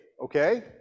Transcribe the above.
okay